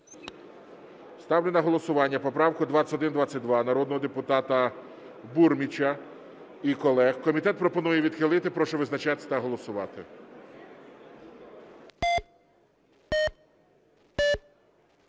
Ставлю на голосування поправку 2122 народного депутата Бурміча і колег. Комітет пропонує відхилити. Прошу визначатись та голосувати.